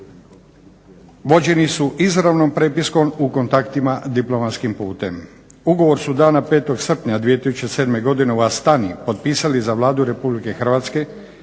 vođeni su izravnom prepiskom u kontaktima diplomatskim putem. Ugovor su dana 5. srpnja 2007. godine u Astani potpisali za Vladu RH